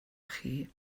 chi